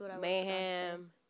Mayhem